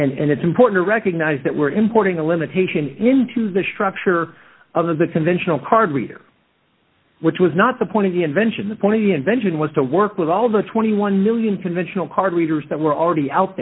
result and it's important to recognize that we're importing a limitation into the structure of the conventional card reader which was not the point of the invention the point of the invention was to work with all of the twenty one million conventional card readers that were already out